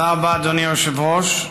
תודה רבה, אדוני היושב-ראש.